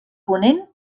ponent